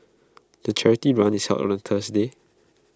the charity run is held on A Thursday